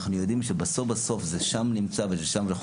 אנחנו יודעים שבסוף-בסוף, זה שם נמצא ושם זה חונה.